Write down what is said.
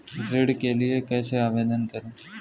ऋण के लिए कैसे आवेदन करें?